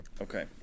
Okay